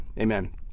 Amen